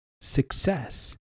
Success